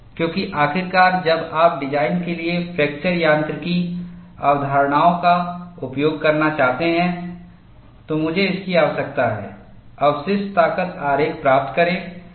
क्योंकि आखिरकार जब आप डिजाइन के लिए फ्रैक्चर यांत्रिकी अवधारणाओं का उपयोग करना चाहते हैं तो मुझे इसकी आवश्यकता है पारिश्रमिक शक्ति आरेख प्राप्त करें